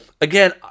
Again